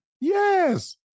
Yes